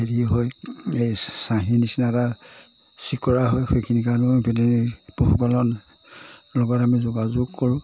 যি হয় এই চাহী নিচিনা এটা চিকৰা হয় সেইখিনিৰ কাৰণেও ভেটেনেৰিৰ পশুপালনৰ লগত আমি যোগাযোগ কৰোঁ